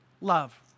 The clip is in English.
Love